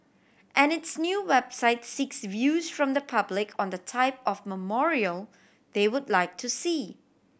and its new website seeks views from the public on the type of memorial they would like to see